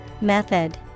Method